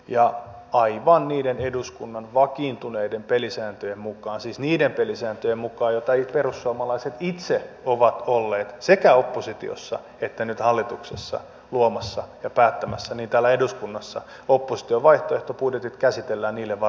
ja aivan niiden eduskunnan vakiintuneiden pelisääntöjen mukaan siis niiden pelisääntöjen mukaan joita perussuomalaiset itse ovat olleet sekä oppositiossa että nyt hallituksessa luomassa ja päättämässä täällä eduskunnassa opposition vaihtoehtobudjetit käsitellään niille varatulla ajalla